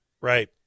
Right